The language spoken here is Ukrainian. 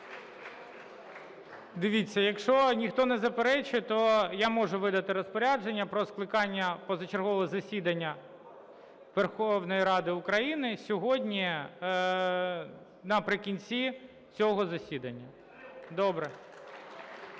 Дивіться, якщо ніхто не заперечує, то я можу видати розпорядження про скликання позачергового засідання Верховної Ради України сьогодні наприкінці цього засідання. Добре.